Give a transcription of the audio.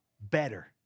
better